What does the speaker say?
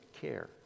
care